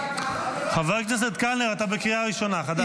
חבר הכנסת קלנר אתה בקריאה ראשונה, חדל.